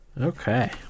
Okay